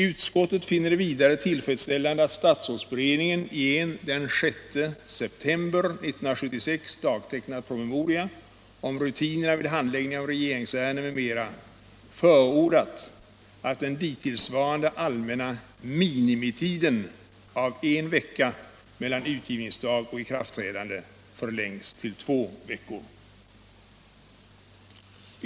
Utskottet finner det vidare tillfredsställande att statsrådsberedningen i en den 6 september 1976 dagtecknad promemoria om rutinerna vid handläggningen av regeringsärenden m.m. förordat att den hittillsvarande allmänna minimitiden av en vecka mellan utgivningsdag och ikraftträdande förlängs till två veckor.